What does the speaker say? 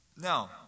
Now